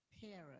parents